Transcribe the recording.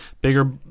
bigger